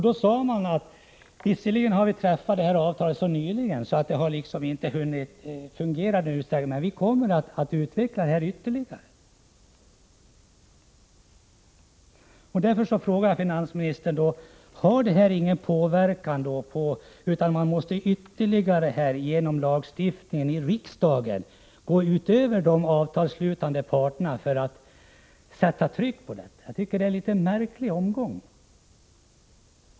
Då sade man att man visserligen hade träffat ett avtal så nyligen att det inte hade hunnit fungera i full utsträckning men att man skulle komma att utveckla det ytterligare. Därför frågar jag finansministern: Har detta avtal ingen inverkan, utan måste man ytterligare genom lagstiftning i riksdagen gå utöver de avtalsslutande parterna för att sätta tryck på dem? Jag tycker att det är en märklig omgång.